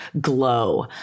glow